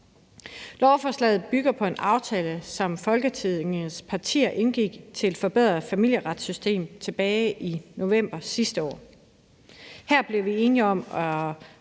Lovforslaget bygger på en aftale, som Folketingets partier indgik til at forbedre familieretssystemet tilbage i november sidste år. Her blev vi enige om en